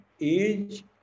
age